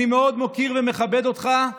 אני מאוד מוקיר ומכבד אותך,